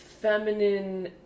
feminine